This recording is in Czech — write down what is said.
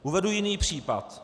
Uvedu jiný případ.